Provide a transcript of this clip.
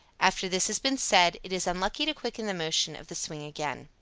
after this has been said, it is unlucky to quicken the motion of the swing again.